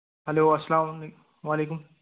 hello اسلام علیکُم وعلیکُم